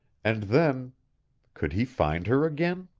and then could he find her again?